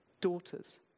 daughters